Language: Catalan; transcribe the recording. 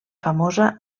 famosa